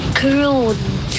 crude